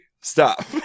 stop